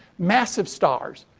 massive stars,